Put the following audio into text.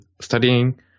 studying